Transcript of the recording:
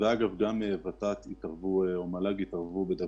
הות"ת או המל"ג יתערבו.